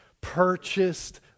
Purchased